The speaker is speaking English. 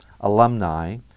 alumni